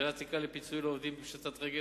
הגדלת התקרה לפיצוי עובדים בפשיטת רגל,